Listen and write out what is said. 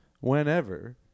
whenever